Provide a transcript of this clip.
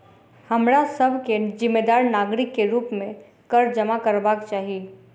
हमरा सभ के जिम्मेदार नागरिक के रूप में कर जमा करबाक चाही